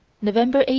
november,